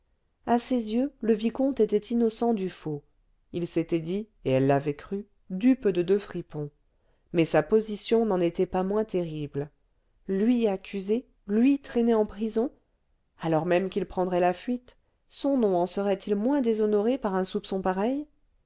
à ses yeux le vicomte était innocent du faux il s'était dit et elle l'avait cru dupe de deux fripons mais sa position n'en était pas moins terrible lui accusé lui traîné en prison alors même qu'il prendrait la fuite son nom en serait-il moins déshonoré par un soupçon pareil